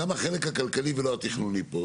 גם החלק הכלכלי ולא התכנוני פה,